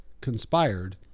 conspired